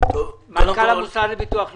מנכ"ל המוסד לביטוח לאומי,